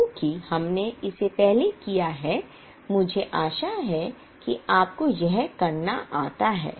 चूंकि हमने इसे पहले किया है मुझे आशा है कि आपको यह करना आता है